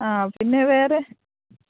ആ പിന്നെ വേറെ